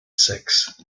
sex